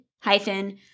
hyphen